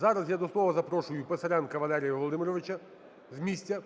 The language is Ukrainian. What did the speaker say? Зараз я до слова запрошую Писаренка Валерія Володимировича з місця.